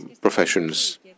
professions